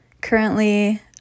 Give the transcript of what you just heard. Currently